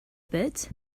bit